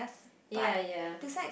ya ya